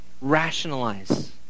rationalize